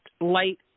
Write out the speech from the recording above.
Light